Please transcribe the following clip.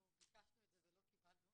אנחנו ביקשנו את זה ולא קיבלנו.